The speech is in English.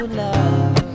love